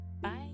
bye